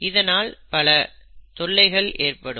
இதனால் பல தொல்லைகள் ஏற்படும்